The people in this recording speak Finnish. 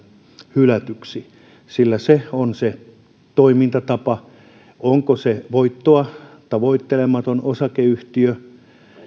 hylätyksi sillä se on se toimintatapa määritellä onko se esimerkiksi voittoa tavoittelematon osakeyhtiö